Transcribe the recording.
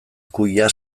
kuia